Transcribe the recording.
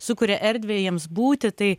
sukuria erdvę jiems būti tai